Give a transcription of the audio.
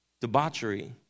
debauchery